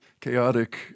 chaotic